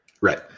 Right